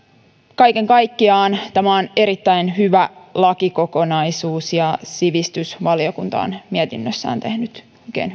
kaiken kaikkiaan tämä on erittäin hyvä lakikokonaisuus ja sivistysvaliokunta on mietinnössään tehnyt